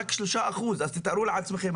רק 3% אז תתארו לעצמכם,